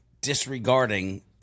disregarding